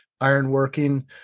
ironworking